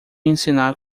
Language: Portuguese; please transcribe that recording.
ensinar